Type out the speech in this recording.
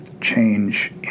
change